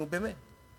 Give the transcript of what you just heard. נו, באמת.